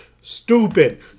stupid